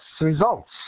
results